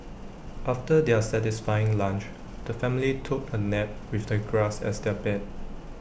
after their satisfying lunch the family took A nap with the grass as their bed